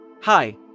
Hi